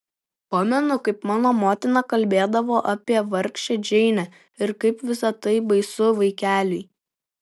pamenu kaip mano motina kalbėdavo apie vargšę džeinę ir kaip visa tai baisu vaikeliui